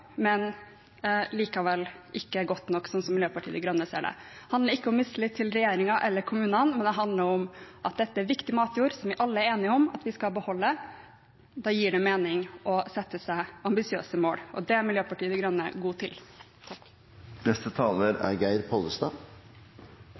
men likevel ikke godt nok, slik Miljøpartiet De Grønne ser det. Det handler ikke om mistillit til regjeringen eller kommunene, men det handler om at dette er viktig matjord som vi alle er enige om at vi skal beholde. Da gir det mening å sette seg ambisiøse mål. Det er Miljøpartiet De Grønne god til.